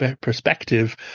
perspective